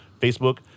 Facebook